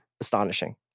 astonishing